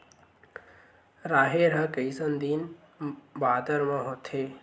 राहेर ह कइसन दिन बादर म होथे?